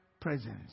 Presence